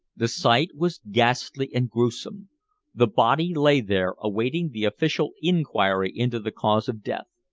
the sight was ghastly and gruesome the body lay there awaiting the official inquiry into the cause of death.